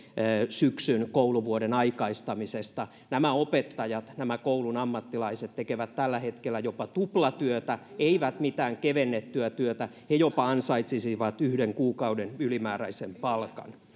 syksyn kouluvuoden aikaistamisesta opettajat nämä koulun ammattilaiset tekevät tällä hetkellä jopa tuplatyötä eivät mitään kevennettyä työtä he jopa ansaitsisivat yhden kuukauden ylimääräisen palkan